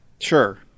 Sure